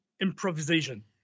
improvisation